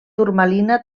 turmalina